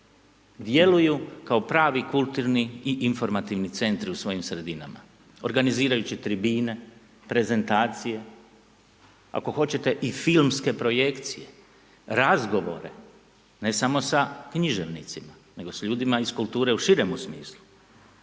djeluju kao pravni kulturni i informativni centri u svojim sredinama organizirajući tribine, prezentacije, ako hoćete i filmske projekcije, razgovore, ne samo sa književnicima, nego sa ljudima iz kulture u širemu smislu.